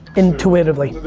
intuitively.